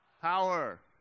power